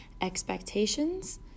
expectations